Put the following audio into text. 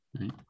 right